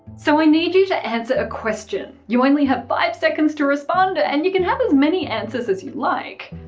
so i need you to answer a question you only have five seconds to respond ah and you can have as many answers as you like,